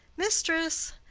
mistress!